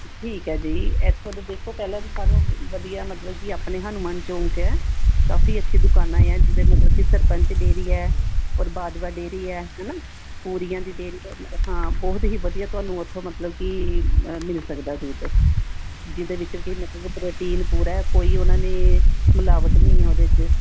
ਠੀਕ ਹੈ ਜੀ ਇੱਥੋਂ ਤਾਂ ਦੇਖੋ ਪਹਿਲਾਂ ਤਾਂ ਸਾਨੂੰ ਵਧੀਆ ਮਤਲਬ ਕਿ ਆਪਣੇ ਹਨੂਮਾਨ ਚੌਂਕ ਹੈ ਕਾਫੀ ਅੱਛੇ ਦੁਕਾਨਾਂ ਆ ਜਿਹਦੇ ਮਤਲਬ ਕਿ ਸਰਪੰਚ ਡੇਅਰੀ ਹੈ ਔਰ ਬਾਜਵਾ ਡੇਅਰੀ ਹੈ ਹੈ ਨਾ ਪੂਰੀਆਂ ਦੀ ਡੇਅਰੀ ਹਾਂ ਬਹੁਤ ਹੀ ਵਧੀਆ ਤੁਹਾਨੂੰ ਉਥੋਂ ਮਤਲਬ ਕਿ ਮਿਲ ਸਕਦਾ ਦੁੱਧ ਜਿਹਦੇ ਵਿੱਚੋਂ ਕੀ ਮਤਲਬ ਪ੍ਰੋਟੀਨ ਪੂਰਾ ਕੋਈ ਉਹਨਾਂ ਨੇ ਮਿਲਾਵਟ ਨਹੀਂ ਆ ਉਹਦੇ 'ਚ